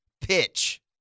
pitch